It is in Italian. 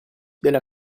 della